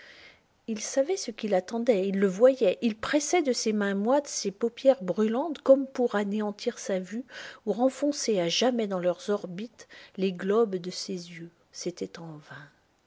il savait ce qui l'attendait il le voyait il pressait de ses mains moites ses paupières brûlantes comme pour anéantir sa vue ou renfoncer à jamais dans leurs orbites les globes de ses yeux c'était en vain